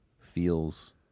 feels